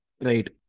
Right